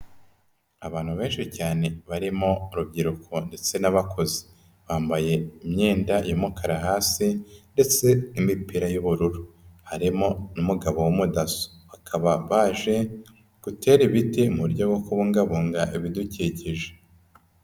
Abantu benshi cyane barimo urubyiruko ndetse n'abakozi, bambaye imyenda y'umukara hasi ndetse n'imipira y'ubururu, harimo n'umugabo w'umudaso, bakaba baje gutera ibiti mu buryo bwo kubungabunga ibidukikije.